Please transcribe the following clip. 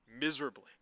miserably